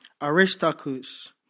Aristarchus